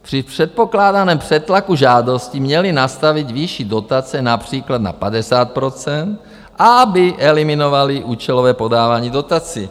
Při předpokládaném přetlaku žádostí měli nastavit výši dotace například na 50 %, aby eliminovali účelové podávání dotací.